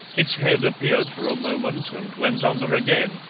its head appeared for a moment and went under again,